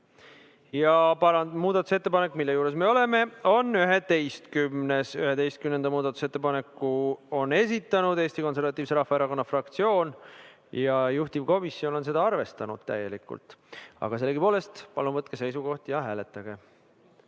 saadikut. Muudatusettepanek, mille juures me oleme, on 11. 11. muudatusettepaneku on esitanud Eesti Konservatiivse Rahvaerakonna fraktsioon ja juhtivkomisjon on seda täielikult arvestanud. Aga sellegipoolest, palun võtke seisukoht ja hääletage!